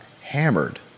hammered